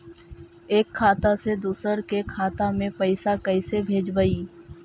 एक खाता से दुसर के खाता में पैसा कैसे भेजबइ?